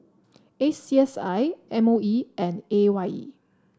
A C S I M O E and A Y E